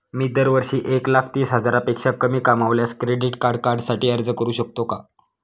मी दरवर्षी एक लाख तीस हजारापेक्षा कमी कमावल्यास क्रेडिट कार्डसाठी अर्ज करू शकतो का?